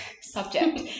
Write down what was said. subject